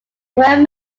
current